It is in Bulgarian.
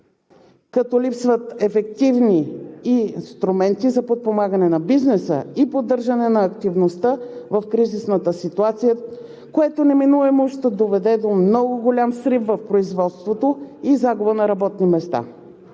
като липсват ефективни инструменти за подпомагане на бизнеса и поддържане на активността в кризисната ситуация, което неминуемо ще доведе до много голям срив в производството и загуба на работни места.